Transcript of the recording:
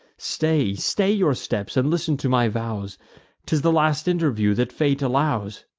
stay, stay your steps, and listen to my vows t is the last interview that fate allows!